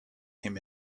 him